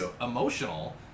emotional